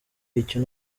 icyo